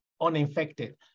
uninfected